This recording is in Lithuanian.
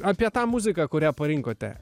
apie tą muziką kurią parinkote